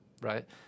right